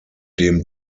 dem